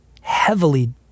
heavily